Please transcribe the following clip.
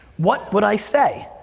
what would i say?